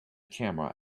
camera